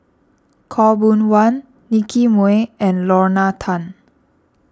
Khaw Boon Wan Nicky Moey and Lorna Tan